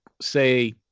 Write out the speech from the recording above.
say